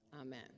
Amen